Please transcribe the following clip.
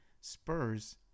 Spurs